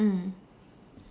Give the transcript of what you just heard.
mm